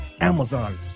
Amazon